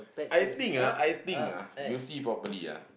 I think ah I think ah you see properly ah